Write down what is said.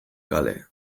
kale